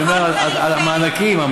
אני אומר על המענקים.